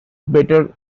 better